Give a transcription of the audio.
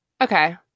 Okay